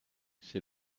c’est